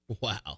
Wow